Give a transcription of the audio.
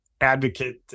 advocate